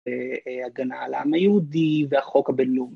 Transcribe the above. הגנה על העם היהודי והחוק הבינלאומי